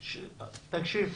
תקשיב,